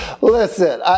Listen